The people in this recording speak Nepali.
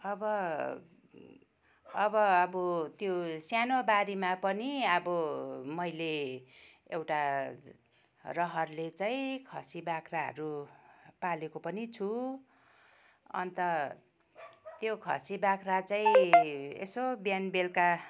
अब अब अब त्यो सानो बारीमा पनि अब मैले एउटा रहरले चाहिँ खसी बाख्राहरू पालेको पनि छु अन्त त्यो खसी बाख्रा चाहिँ यसो बिहान बेलुका